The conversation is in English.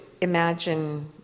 imagine